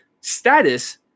status